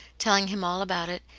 telling him all about it,